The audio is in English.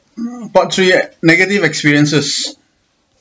you know part three negative experiences